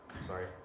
Sorry